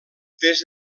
des